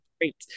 great